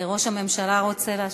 ראש הממשלה רוצה להשיב?